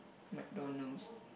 McDonald's